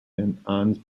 ansbach